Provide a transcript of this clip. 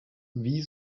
wie